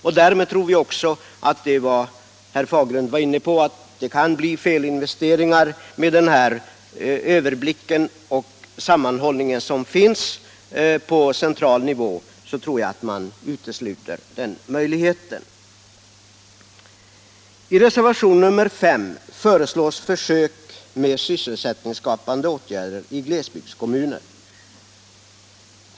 Och med den överblick och sammanhållning som finns på central nivå tror jag att man utesluter risken för det som herr Fagerlund var inne på — att det kan bli felinvesteringar. I reservationen 5 föreslås försök med sysselsättningsskapande åtgärder i glesbygdskommunerna.